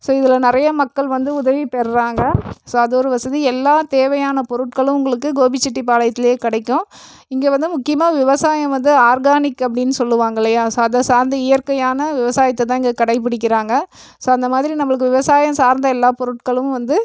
so இதில் நிறைய மக்கள் வந்து உதவி பெறுறாங்க ஸோ அது ஒரு வசதி எல்லா தேவையான பொருட்களும் உங்களுக்கு கோபிச்செட்டிப்பாளையத்திலே கிடைக்கும் இங்கே வந்து முக்கியமாக விவசாயம் வந்து ஆர்கானிக் அப்படின்னு சொல்லுவாங்கள் இல்லையா அதை சார்ந்த இயற்கையான விவசாயத்தை தான் இங்கே கடைப்பிடிக்கிறாங்கள் ஸோ அந்த மாதிரி நம்மளுக்கு விவசாயம் சார்ந்த எல்லா பொருட்களும் வந்து